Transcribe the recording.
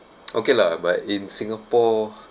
okay lah but in singapore